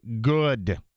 good